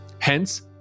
Hence